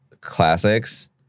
classics